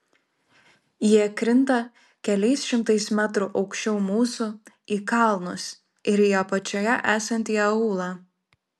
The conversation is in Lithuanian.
jie krinta keliais šimtais metrų aukščiau mūsų į kalnus ir į apačioje esantį aūlą